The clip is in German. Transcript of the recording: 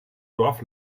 dorf